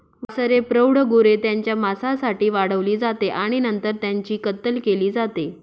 वासरे प्रौढ गुरे त्यांच्या मांसासाठी वाढवली जाते आणि नंतर त्यांची कत्तल केली जाते